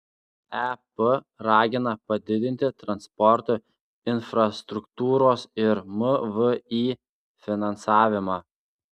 ep ragina padidinti transporto infrastruktūros ir mvį finansavimą